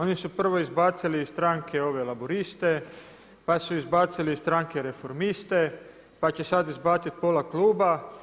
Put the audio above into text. Oni su prvo izbacili iz stranke ove Laburiste, pa su izbacili iz stranke Reformiste, pa će sad izbacit pola Kluba.